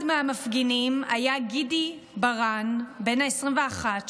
אחד מהמפגינים היה גידי ברן בן ה-21,